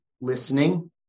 listening